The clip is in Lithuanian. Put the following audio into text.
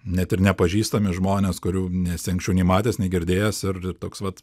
net ir nepažįstami žmonės kurių nesi anksčiau nei matęs nei girdėjęs ir toks vat